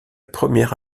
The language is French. première